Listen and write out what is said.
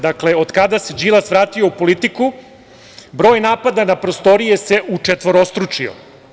Dakle, od kada se Đilas vratio u politiku, broj napada na prostorije se učetvorostručio.